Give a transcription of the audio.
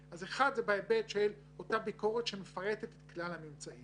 יחידות מגורים תוכננו לפי המגזרים